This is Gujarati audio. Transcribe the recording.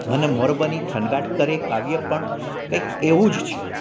મન મોર બની થનગાટ કરે કાવ્ય પણ કાંઈક એવું જ છે